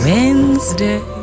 Wednesday